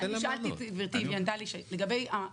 שאלתי את גברתי והיא ענתה לי שכל האישורים